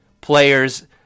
players